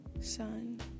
sun